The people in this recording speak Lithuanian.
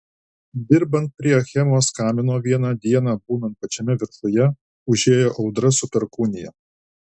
dirbant prie achemos kamino vieną dieną būnant pačiame viršuje užėjo audra su perkūnija